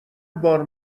بار